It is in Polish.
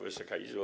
Wysoka Izbo!